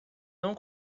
não